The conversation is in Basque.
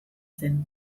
zen